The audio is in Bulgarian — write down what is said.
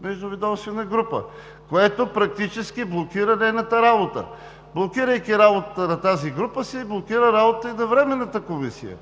Междуведомствената група, което практически блокира нейната работа. Блокирайки работата на тази група, се блокира и работата на Временната комисия.